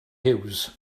huws